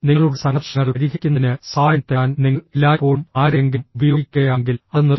നിങ്ങളുടെ സംഘർഷങ്ങൾ പരിഹരിക്കുന്നതിന് സഹായം തേടാൻ നിങ്ങൾ എല്ലായ്പ്പോഴും ആരെയെങ്കിലും ഉപയോഗിക്കുകയാണെങ്കിൽ അത് നിർത്തുക